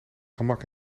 gemak